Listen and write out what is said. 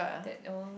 that oh